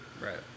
Right